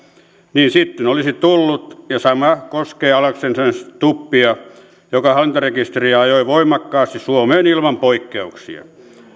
niin sitten olisi tullut ja sama koskee alexander stubbia joka hallintarekisteriä ajoi voimakkaasti suomeen ilman poikkeuksia